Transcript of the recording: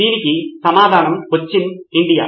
దీనికి సమాధానం కొచ్చిన్ ఇండియా